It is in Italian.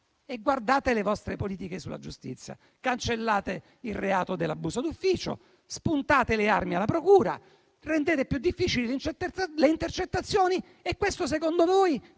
Guardate le vostre politiche sulla giustizia: cancellate il reato dell'abuso d'ufficio; spuntate le armi alla procura; rendete più difficili le intercettazioni. E questo secondo voi